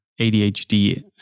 ADHD